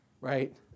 right